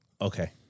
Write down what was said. okay